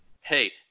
hey